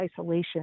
isolation